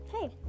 hey